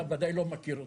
אתה בוודאי לא מכיר אותו.